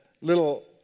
little